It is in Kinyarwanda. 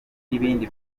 n’ibindi